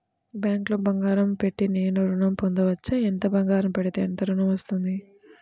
బ్యాంక్లో బంగారం పెట్టి నేను ఋణం పొందవచ్చా? ఎంత బంగారం పెడితే ఎంత ఋణం వస్తుంది?